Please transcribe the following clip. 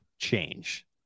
change